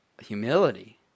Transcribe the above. humility